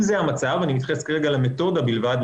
אם זה המצב אני מתייחס כרגע למתודה בלבד,